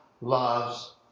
loves